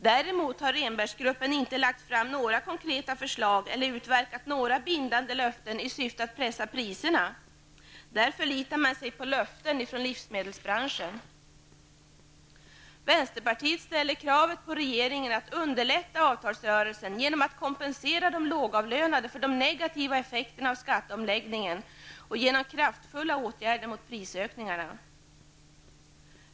Däremot har Rehnberggruppen inte lagt fram några konkreta förslag eller utverkat några bindande löften i syfte att pressa priserna. Där förlitar man sig på löften från livsmedelsbranschen. Vänsterpartiet ställer kravet på regeringen att underlätta avtalsrörelsen genom att kompensera de lågavlönade för de negativa effekterna av skatteomläggningen och genom kraftfulla åtgärder mot prisökningarna.